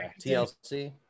TLC